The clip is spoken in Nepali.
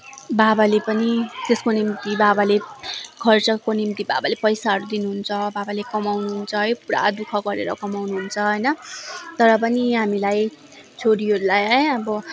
बाबाले पनि त्यसको निम्ति बाबाले खर्चको निम्ति बाबाले पैसाहरू दिनुहुन्छ बाबाले कमाउनु हुन्छ है पुरा दुःख गरेर कमाउनु हुन्छ होइन तर पनि हामीलाई छोरीहरूलाई है अब